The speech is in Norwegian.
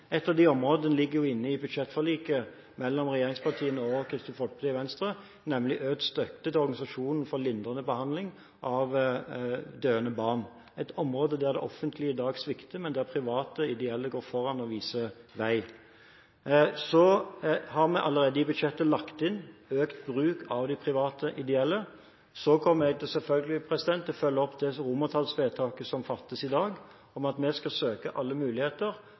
et område der det offentlige i dag svikter, men der private og ideelle går foran og viser vei. Vi har allerede lagt inn i budsjettet økt bruk av de private ideelle, og så kommer jeg selvfølgelig til å følge opp dette romertallsvedtaket som fattes i dag, om at vi skal søke alle muligheter